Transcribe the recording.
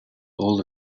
all